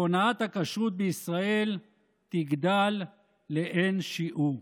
והונאת הכשרות בישראל תגדל לאין-שיעור.